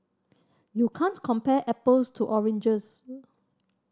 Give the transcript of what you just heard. you can't compare apples to oranges